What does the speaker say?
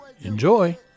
Enjoy